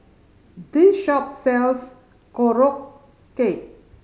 this shop sells Korokke